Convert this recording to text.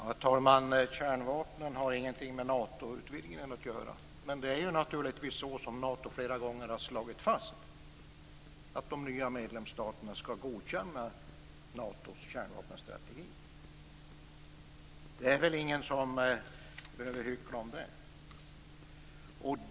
Herr talman! Kärnvapnen har ingenting med Natoutvidgningen att göra, säger utrikesministern. Men det är naturligtvis så, som Nato har slagit fast flera gånger, att de nya medlemsstaterna skall godkänna Natos kärnvapenstrategi. Det är väl ingen som behöver hyckla om det.